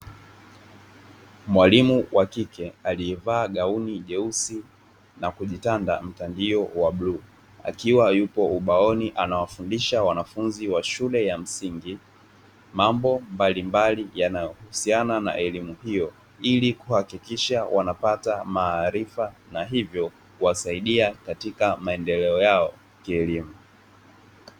Mwalimu wa kike aliyevaa gauni jeusi na kujitanda mtandio wa bluu akiwa yupo ubaoni anawafundisha wanafunzi wa shule ya msingi mambo mbalimbali yanayohusiana na elimu hiyo ili kuhakikisha wanapata maarifa na hivyo kuwasaidia katika maendeleo yao kielimu.